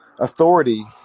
authority